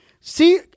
See